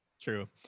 True